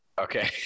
Okay